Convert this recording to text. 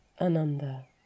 Ananda